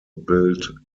built